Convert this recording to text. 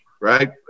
right